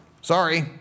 Sorry